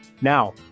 Now